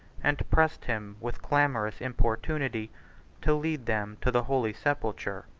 and pressed him with clamorous importunity to lead them to the holy sepulchre.